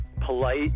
polite